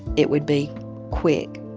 it would be quick.